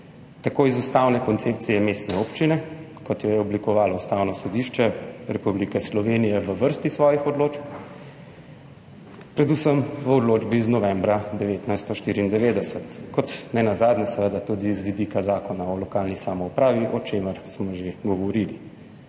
tako iz ustavne koncepcije mestne občine, kot jo je oblikovalo Ustavno sodišče Republike Slovenije v vrsti svojih odločb, predvsem v odločbi iz novembra 1994, kot nenazadnje tudi z vidika Zakona o lokalni samoupravi, o čemer smo že govorili.